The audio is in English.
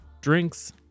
drinks